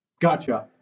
Gotcha